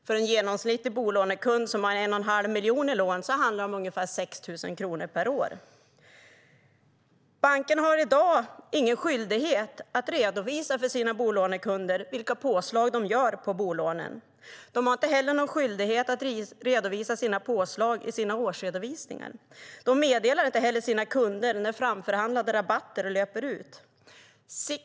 För en genomsnittlig bolånekund som har 1 1⁄2 miljon i lån handlar det om ungefär 6 000 kronor per år. Bankerna har i dag ingen skyldighet att redovisa för sina bolånekunder vilka påslag de gör på bolånen.